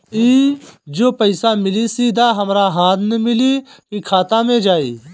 ई जो पइसा मिली सीधा हमरा हाथ में मिली कि खाता में जाई?